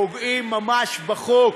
פוגעים ממש בחוק,